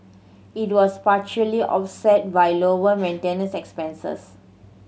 it was partially offset by lower maintenance expenses